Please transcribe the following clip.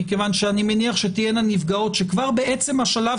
מכיוון שאני מניח שתהיינה נפגעות שכבר בשלב